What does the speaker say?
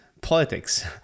politics